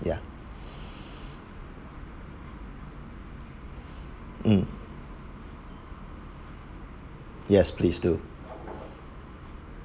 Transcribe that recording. yeah mm yes please do